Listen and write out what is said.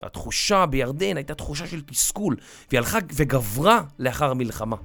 התחושה בירדן הייתה תחושה של תסכול, והיא הלכה וגברה לאחר מלחמה.